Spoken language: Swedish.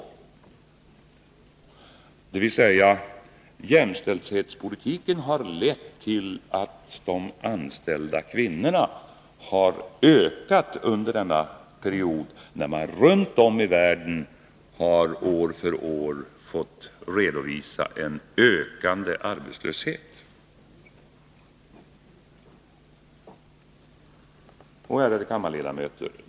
Jämställdhetspolitiken har alltså lett till att antalet anställda kvinnor har ökat under denna period, när man runt om i världen år för år har fått redovisa en ökande arbetslöshet. Ärade kammarledamöter!